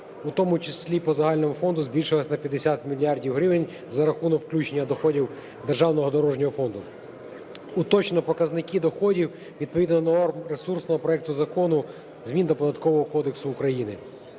у тому числі по загальному фонду збільшилась на 50 мільярдів гривень за рахунок включення доходів Державного дорожнього фонду. Уточнено показники доходів відповідно до норм ресурсного проекту Закону змін до Податкового кодексу України.